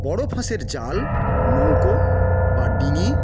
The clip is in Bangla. বড় ফাঁসের জাল নৌকো বা ডিঙি